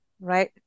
right